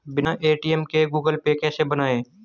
बिना ए.टी.एम के Google Pay कैसे बनायें?